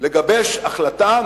לגבש החלטה.